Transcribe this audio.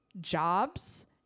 jobs